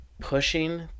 pushing